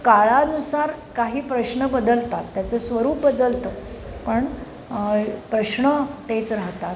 काळानुसार काही प्रश्न बदलतात त्याचं स्वरूप बदलतं पण प्रश्न तेच राहतात